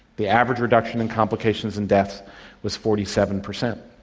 the average reduction in complications and deaths was forty seven percent.